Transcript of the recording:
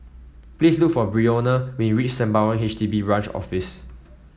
please look for Brionna when you reach Sembawang H D B Branch Office